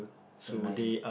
so night